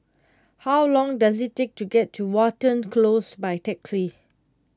how long does it take to get to Watten Close by taxi